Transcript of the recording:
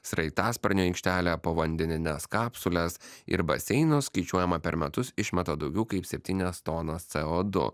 sraigtasparnio aikštelę povandenines kapsules ir baseinus skaičiuojama per metus išmeta daugiau kaip septynias tonas c o du